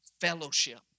fellowship